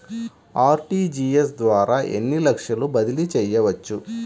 RTGS ద్వారా ఎన్ని లక్షలు బదిలీ చేయవచ్చు?